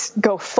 go